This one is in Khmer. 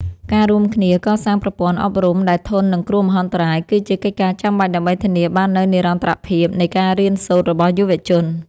ការរួមគ្នាកសាងប្រព័ន្ធអប់រំដែលធន់នឹងគ្រោះមហន្តរាយ គឺជាកិច្ចការចាំបាច់ដើម្បីធានាបាននូវនិរន្តរភាពនៃការរៀនសូត្ររបស់យុវជន។